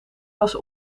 was